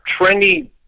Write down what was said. trendy